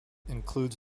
includes